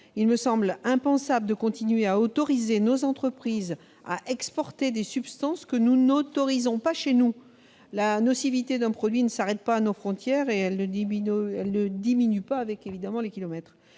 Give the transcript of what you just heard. Il me semble impensable de continuer à autoriser nos entreprises à exporter des substances que nous n'autorisons pas chez nous. La nocivité d'un produit ne s'arrête pas à nos frontières et elle ne diminue pas avec les kilomètres